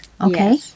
Okay